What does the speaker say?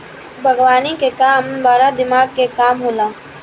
बागवानी के काम बड़ा दिमाग के काम होला